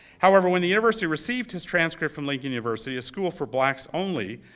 however, when the university received his transcript from lincoln university, a school for blacks only,